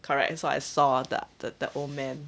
correct so I saw the the the old man